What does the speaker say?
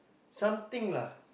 something lah